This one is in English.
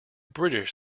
british